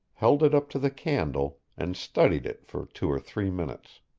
held it up to the candle, and studied it for two or three minutes.